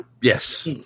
Yes